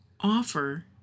offer